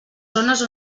zones